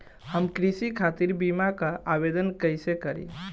हम कृषि खातिर बीमा क आवेदन कइसे करि?